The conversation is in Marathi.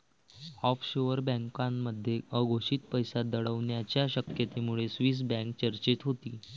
ऑफशोअर बँकांमध्ये अघोषित पैसा दडवण्याच्या शक्यतेमुळे स्विस बँक चर्चेत होती